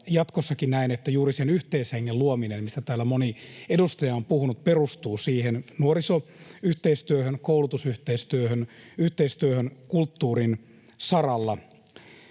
jatkossakin näen, että juuri sen yhteishengen luominen, mistä täällä moni edustaja on puhunut, perustuu nuorisoyhteistyöhön, koulutusyhteistyöhön, yhteistyöhön kulttuurin saralla.